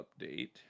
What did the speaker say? update